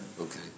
Okay